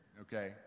Okay